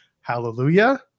hallelujah